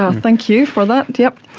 ah thank you for that, yep.